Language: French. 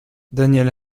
daniel